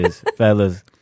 fellas